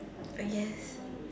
ah yes